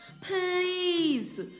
Please